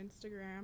Instagram